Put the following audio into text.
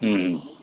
ಹ್ಞೂ ಹ್ಞೂ